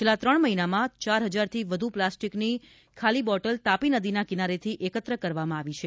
છેલ્લાં ત્રણ મહિનામાં ચાર હજારથી વધુ પ્લાસ્ટીકની વધુ ખાલી બોટલ તાપી નદીના કિનારેથી એકત્ર કરવામાં આવી છે